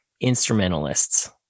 instrumentalists